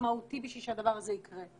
משמעותי בשביל שהדבר הזה יקרה.